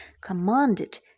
commanded